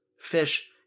fish